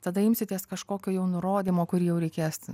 tada imsitės kažkokio jau nurodymo kurį jau reikės ten